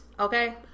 Okay